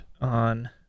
on